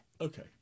Okay